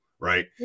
right